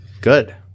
Good